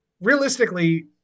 realistically